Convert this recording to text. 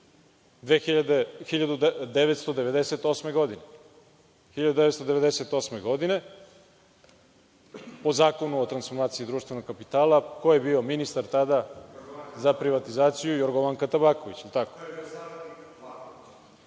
1998. godine, po Zakonu o transformaciji društvenog kapitala. Ko je bio ministar tada za privatizaciju? Jorgovanka Tabaković,